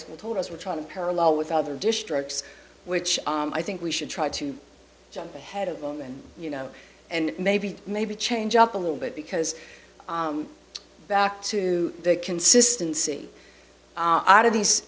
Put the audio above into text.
school told us we're trying to parallel with other districts which i think we should try to jump ahead of them and you know and maybe maybe change up a little bit because back to consistency out of these